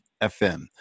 FM